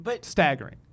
staggering